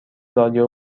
رادیو